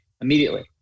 immediately